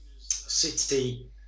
City